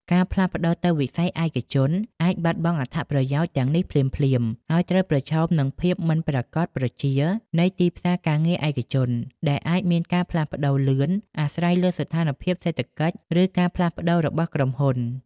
ការផ្លាស់ប្តូរទៅវិស័យឯកជនអាចបាត់បង់អត្ថប្រយោជន៍ទាំងនេះភ្លាមៗ ហើយត្រូវប្រឈមនឹងភាពមិនប្រាកដប្រជានៃទីផ្សារការងារឯកជន ដែលអាចមានការផ្លាស់ប្តូរលឿន អាស្រ័យលើស្ថានភាពសេដ្ឋកិច្ច ឬការផ្លាស់ប្តូររបស់ក្រុមហ៊ុន។